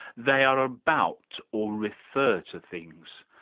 they are about or refer to things,